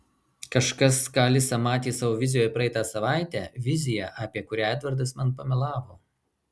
kažkas ką alisa matė savo vizijoje praeitą savaitę viziją apie kurią edvardas man pamelavo